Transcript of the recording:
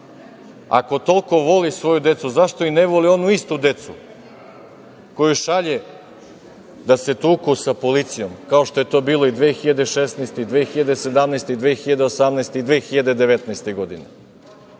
ako toliko voli svoju decu zašto ne voli onu istu decu koju šalje da se tuku sa policijom, kao što je to bilo 2016, 2017, 2018. i 2019. godine?